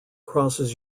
crosses